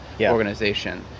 organization